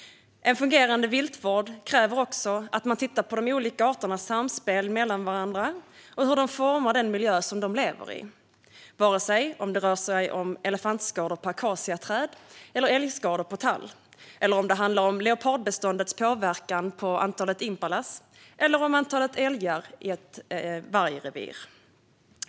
En fungerande viltvård kräver också att man tittar på de olika arternas samspel med varandra och hur de formar den miljö som de lever i, oavsett om det rör sig om elefantskador på akaciaträd eller älgskador på tall eller om det handlar om leopardbeståndets påverkan på antalet impalor eller antalet älgar i ett vargrevir.